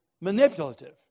manipulative